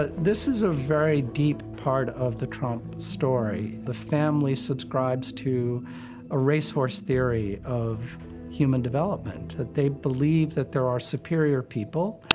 ah this is a very deep part of the trump story. the family subscribes to a racehorse theory of human development. they believe that there are superior people,